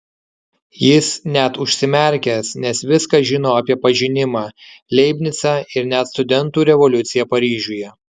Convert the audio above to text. jis net užsimerkęs nes viską žino apie pažinimą leibnicą ir net studentų revoliuciją paryžiuje